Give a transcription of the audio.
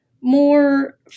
more